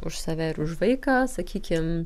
už save ir už vaiką sakykim